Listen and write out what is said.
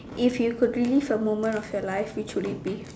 if you relieve a moment of your life which would it be